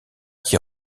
qui